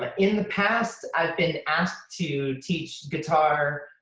ah in the past, i've been asked to teach guitar,